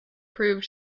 proved